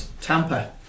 Tampa